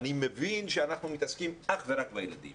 אני מבין שאנחנו מתעסקים אך ורק בילדים